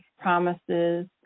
promises